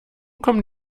kommen